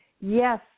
Yes